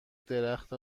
درخت